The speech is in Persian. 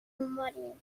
مارین